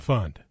Fund